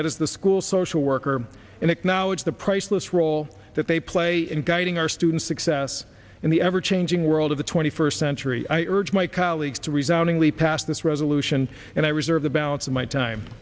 that is the school social worker and acknowledge the priceless role that they play in guiding our students success in the ever changing world of the twenty first century i urge my colleagues to resound only passed this resolution and i reserve the balance of my time